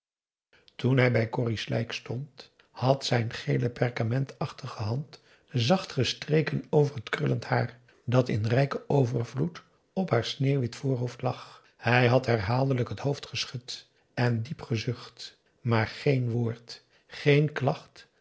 toen hij bij corrie's lijk stond had zijn gele perkamentachtige hand zacht gestreken over het krullend haar dat in rijken overvloed op haar sneeuwwit voorhoofd lag hij had herhaaldelijk het hoofd geschud en diep gezucht maar geen woord geen klacht